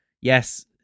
Yes